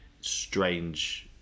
strange